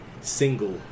single